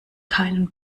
keinen